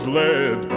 led